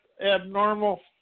abnormal